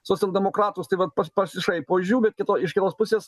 socialdemokratus tai va pasišaipo iš jų bet kito iš kitos pusės